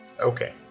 Okay